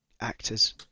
actors